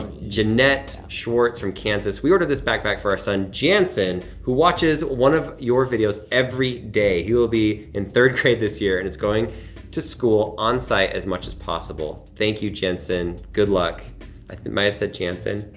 janette schwartz from kansas, we ordered this backpack for our son, jansen, who watches one of your videos every day. he will be in third grade this year and is going to school on-site as much as possible. thank you, jensen, good luck. i might have said jansen,